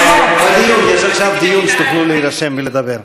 יש עכשיו דיון שתוכלו להירשם ולדבר.